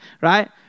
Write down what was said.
Right